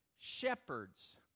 shepherds